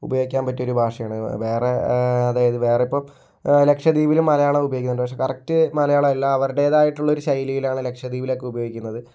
ഉപയോഗിക്കാൻ പറ്റിയ ഒരു ഭാഷയാണ് വേറെ അതായത് വേറെ ഇപ്പോൾ ലക്ഷദ്വീപിലും മലയാളം ഉപയോഗിക്കുന്നുണ്ട് പക്ഷെ കറക്ട് മലയാളം അല്ല അവരുടേതായിട്ടുള്ള ശൈലിയിലാണ് ലക്ഷദ്വീപിൽ ഒക്കെ ഉപയോഗിക്കുന്നത്